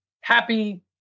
Happy